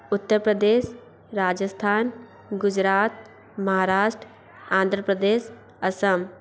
Uttar Pradesh Rajasthan Gujarat Maharashtra Andhra Pradesh Assam